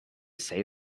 say